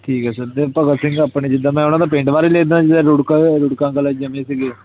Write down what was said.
ਠੀਕ ਹੈ ਸਰ ਅਤੇ ਭਗਤ ਸਿੰਘ ਆਪਣੇ ਜਿੱਦਾਂ ਮੈਂ ਉਹਨਾਂ ਦਾ ਪਿੰਡ ਬਾਰੇ ਲਿਖਦਾ ਜਿੱਦਾਂ ਰੁੜਕਾ ਰੁੜਕਾ ਕਲਾਂ 'ਚ ਰਹਿੰਦੇ ਸੀਗੇ